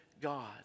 God